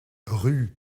rue